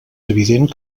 evident